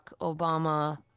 Obama